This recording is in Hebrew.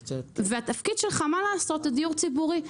התפקיד שלך הוא דיור ציבורי,